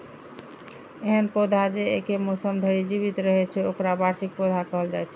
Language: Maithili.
एहन पौधा जे एके मौसम धरि जीवित रहै छै, ओकरा वार्षिक पौधा कहल जाइ छै